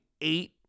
eight